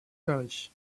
paris